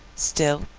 still,